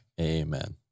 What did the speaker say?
Amen